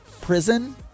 prison